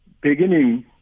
beginning